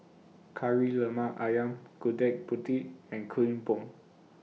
Kari Lemak Ayam Gudeg Putih and Kuih Bom